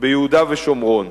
ביהודה ושומרון.